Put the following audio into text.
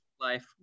life